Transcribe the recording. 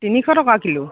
তিনিশ টকা কিলো